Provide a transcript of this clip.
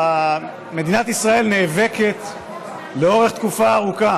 מציגים הצעת חוק,